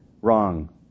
wrong